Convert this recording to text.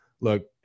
look